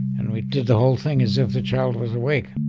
and we did the whole thing as if the child was awake